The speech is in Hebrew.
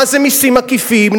מה זה מסים עקיפים?